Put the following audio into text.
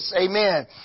Amen